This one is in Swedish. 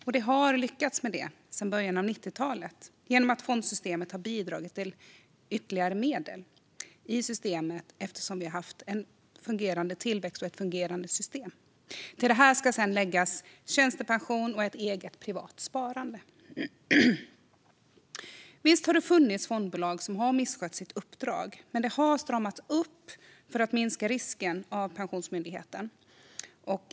Detta har lyckats sedan början av 90-talet genom att fondsystemet har bidragit till ytterligare medel som har lett till fungerande tillväxt. Till detta läggs sedan tjänstepension och ett eget privat sparande. Visst har det funnits fondbolag som har misskött sitt uppdrag, men Pensionsmyndigheten har stramat upp hanteringen för att minska risken.